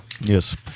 yes